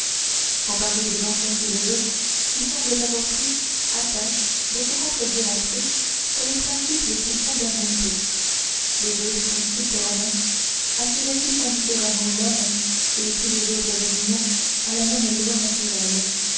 sans parler des anciens philosophes qui semblent avoir pris à tâche de se contredire entre eux sur les principes les plus fondamentaux les jurisconsultes romains assujettissent indifféremment l'homme et tous les autres animaux à la même loi naturelle